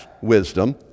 wisdom